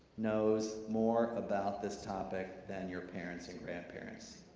knows more about this topic than your parents and grandparents.